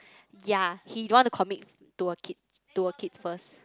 ya he don't want to commit to a kid to a kid first